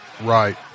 Right